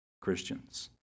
Christians